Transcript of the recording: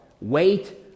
Wait